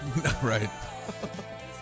Right